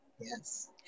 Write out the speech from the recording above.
Yes